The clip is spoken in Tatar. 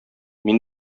мин